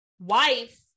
wife